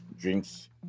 Drinks